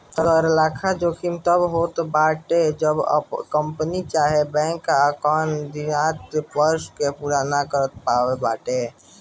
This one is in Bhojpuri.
तरलता जोखिम तब होत हवे जब कंपनी चाहे बैंक आपन अल्पकालीन वित्तीय वर्ष ना पूरा कर पावत हवे